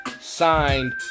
signed